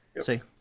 See